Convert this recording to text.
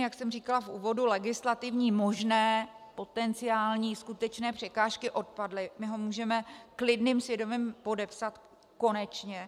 Jak jsem říkala v úvodu, všechny legislativní možné, potenciální, skutečné překážky odpadly, my ho můžeme s klidným svědomím podepsat konečně.